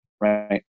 right